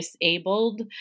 disabled